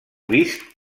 vist